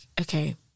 okay